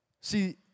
See